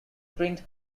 print